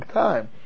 time